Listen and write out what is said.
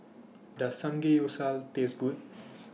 Does Samgeyopsal Taste Good